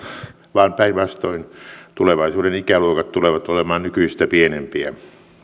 vaan päinvastoin tulevaisuuden ikäluokat tulevat olemaan nykyistä pienempiä